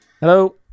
Hello